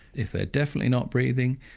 if they're definitely not breathing,